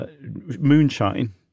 moonshine